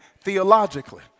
theologically